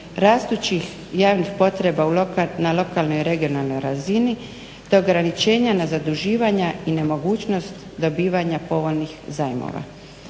rastućih javnih potreba na lokalnoj i regionalnoj razini te ograničenja na zaduživanja i nemogućnost dobivanja povoljnih zajmova.